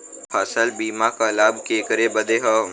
फसल बीमा क लाभ केकरे बदे ह?